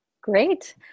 great